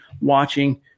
watching